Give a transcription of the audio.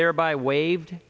thereby waived